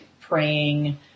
praying